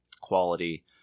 quality